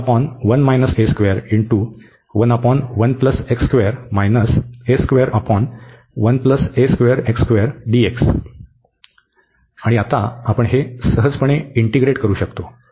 तर आणि आता आपण हे सहजपणे इंटीग्रेट करू शकतो